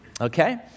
Okay